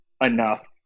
enough